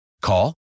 Call